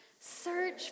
search